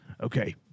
Okay